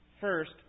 First